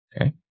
Okay